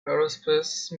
aerospace